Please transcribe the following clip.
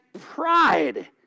pride